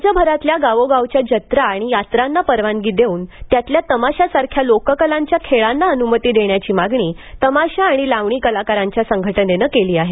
राज्यभरातल्या गावोगावच्या जत्रा आणि यात्रांना परवानी देऊन त्यातल्या तमाशासारख्या लोककलांच्या खेळांना अनुमती देण्याची मागणी तमाशा आणि लावणी कलाकारांच्या संघटनेनं केली आहे